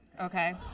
okay